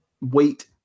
weight